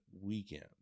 weekend